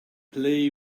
play